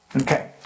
Okay